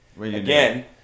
again